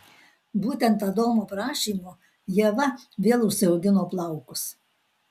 būtent adomo prašymu ieva vėl užsiaugino plaukus